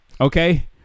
okay